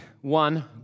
one